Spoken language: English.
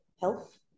health